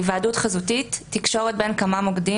"היוועדות חזותית" תקשורת בין כמה מוקדים